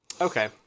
Okay